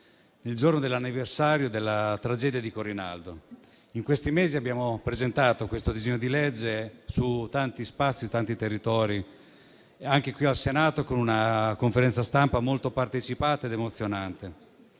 il giorno dell'anniversario della tragedia di Corinaldo. In questi mesi abbiamo presentato questo disegno di legge in tanti spazi e in tanti territori, anche qui al Senato, con una conferenza stampa molto partecipata ed emozionante.